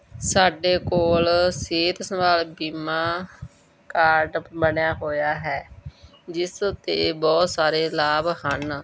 ਸਾਡੇ ਕੋਲ ਸਿਹਤ ਸੰਭਾਲ ਬੀਮਾ ਕਾਰਡ ਬਣਿਆ ਹੋਇਆ ਹੈ ਜਿਸ ਉੱਤੇ ਬਹੁਤ ਸਾਰੇ ਲਾਭ ਹਨ